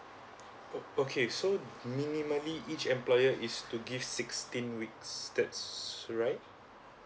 oh okay so minimally each employer is to give sixteen weeks that's so right